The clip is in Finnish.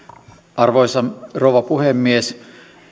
arvoisa rouva puhemies